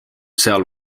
seal